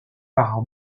car